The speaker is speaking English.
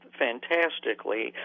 fantastically